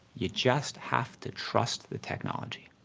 you just have to trust the technology.